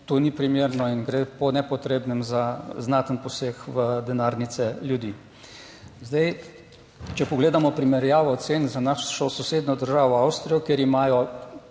to ni primerno in gre po nepotrebnem za znaten poseg v denarnice ljudi. Zdaj, če pogledamo primerjavo cen z našo sosednjo državo Avstrijo, kjer imajo